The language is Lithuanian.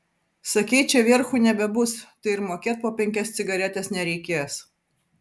sakei čia vierchų nebebus tai ir mokėt po penkias cigaretes nereikės